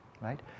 right